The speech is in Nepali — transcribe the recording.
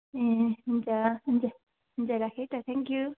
ए हुन्छ हुन्छ हुन्छ राखेँ है त थ्याङ्क यू